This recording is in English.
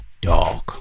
dog